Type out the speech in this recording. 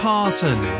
Parton